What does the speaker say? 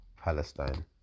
Palestine